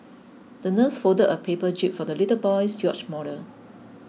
the nurse folded a paper jib for the little boy's yacht model